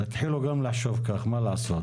תתחילו גם לחשוב כך, אין מה לעשות